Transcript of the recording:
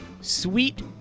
SWEET